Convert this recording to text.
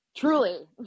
Truly